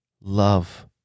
Love